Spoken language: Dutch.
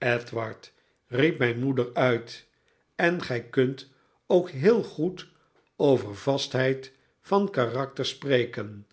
edward riep mijn moeder uit en gij kunt ook heel goed over vastheid van karakter spreken